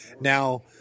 Now